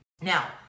now